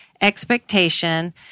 expectation